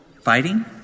fighting